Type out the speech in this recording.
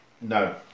No